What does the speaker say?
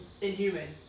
inhuman